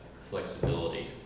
flexibility